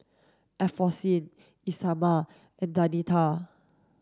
Alphonsine Isamar and Danita